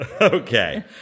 okay